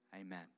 Amen